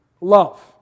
love